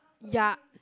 yea